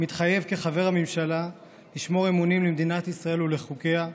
מתחייב כחבר הממשלה לשמור אמונים למדינת ישראל ולחוקיה,